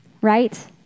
right